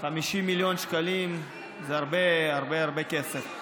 50 מיליון שקלים זה הרבה הרבה כסף.